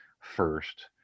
first